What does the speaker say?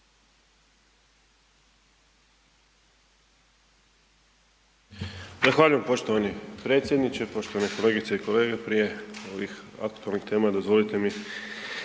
Hvala vam.